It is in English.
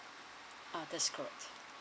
ah that's good